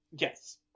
Yes